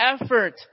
effort